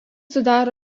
sudaro